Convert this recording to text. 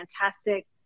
fantastic